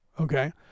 okay